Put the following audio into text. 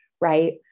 right